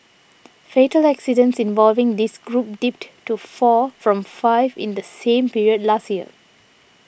fatal accidents involving this group dipped to four from five in the same period last year